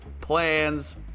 Plans